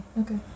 okay